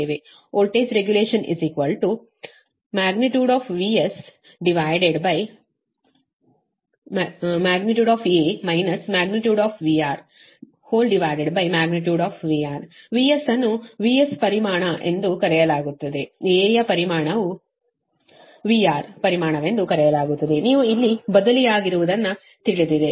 voltage regulation VS|A| VRVR VS ಅನ್ನು VS ಪರಿಮಾಣ ಎಂದು ಕರೆಯಲಾಗುತ್ತದೆ A ಯ ಪರಿಮಾಣವು VR ಪರಿಮಾಣವೆಂದು ಕರೆಯಲಾಗುತ್ತದೆ ನೀವು ಇಲ್ಲಿ ಬದಲಿಯಾಗಿರುವುದನ್ನು ತಿಳಿದಿದೆ